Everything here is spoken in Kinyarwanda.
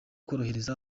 korohereza